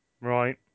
Right